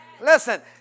Listen